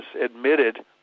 admitted